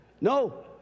No